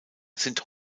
sind